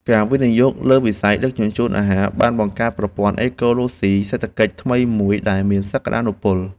ការវិនិយោគលើវិស័យដឹកជញ្ជូនអាហារបានបង្កើតប្រព័ន្ធអេកូឡូស៊ីសេដ្ឋកិច្ចថ្មីមួយដែលមានសក្តានុពល។